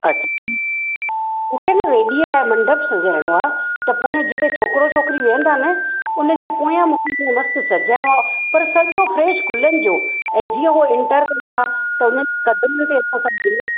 अच्छा मूंखे न वेॾीअ लाइ मंडपु सॼाइणो आहे त पोइ जिथे छोकिरो छोकिरी वेहंदा न उन जे पोयां मूंखे मस्तु सॼाइणो आहे पर सम्झो फ्रैश गुलनि जो ऐं जीअं उहो ऐंटर कंदा त उन्हनि खे असां सभु गुल